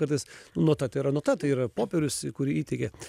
kartais nota tai yra nota tai yra popierius kurį įteikia